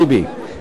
אבל, ביבי,